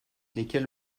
lesquels